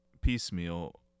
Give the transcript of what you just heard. piecemeal